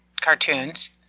cartoons